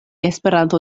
esperanto